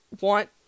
want